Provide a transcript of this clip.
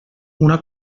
una